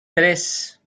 tres